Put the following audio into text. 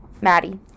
Maddie